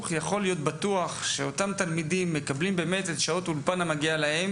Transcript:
יכול להיות בטוח שאותם תלמידים באמת מקבלים את שעות האולפן המגיעות להם,